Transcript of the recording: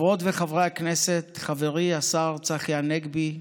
חברות וחברי הכנסת, חברי השר צחי הנגבי,